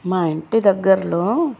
మా ఇంటి దగ్గర్లో